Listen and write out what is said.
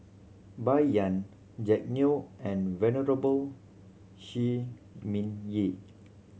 Bai Yan Jack Neo and Venerable Shi Ming Yi